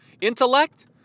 intellect